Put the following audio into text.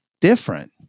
different